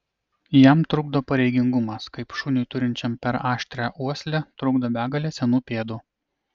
jam trukdo pareigingumas kaip šuniui turinčiam per aštrią uoslę trukdo begalė senų pėdų